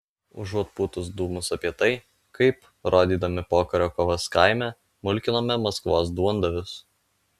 užuot pūtus dūmus apie tai kaip rodydami pokario kovas kaime mulkinome maskvos duondavius